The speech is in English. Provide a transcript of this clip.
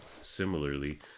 similarly